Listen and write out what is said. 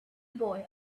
boy